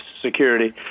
security